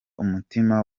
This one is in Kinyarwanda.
umutima